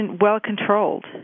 well-controlled